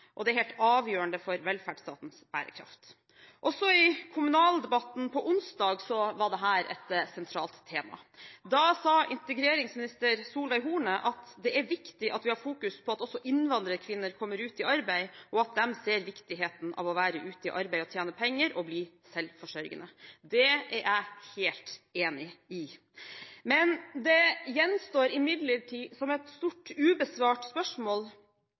og det er helt avgjørende for velferdsstatens bærekraft. Også i kommunaldebatten på onsdag var dette et sentralt tema. Da sa barne-, likestillings- og inkluderingsminister Solveig Horne at det er viktig at vi har fokus på at også innvandrerkvinner kommer ut i arbeid, og at de ser viktigheten av å være ute i arbeid og tjene penger og bli selvforsørgende. Det er jeg helt enig i. Men det gjenstår imidlertid som et stort ubesvart spørsmål